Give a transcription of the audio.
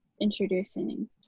introducing